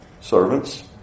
servants